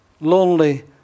lonely